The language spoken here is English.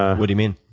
what do you mean?